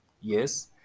yes